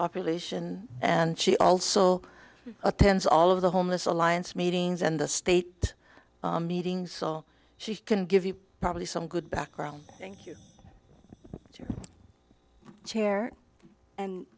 population and she also attends all of the homeless alliance meetings and the state meeting so she can give you probably some good background thank you chair